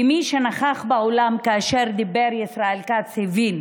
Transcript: ומי שנכח באולם כאשר דיבר ישראל כץ הבין,